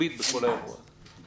המכביד בכל האירוע הזה.